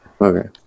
Okay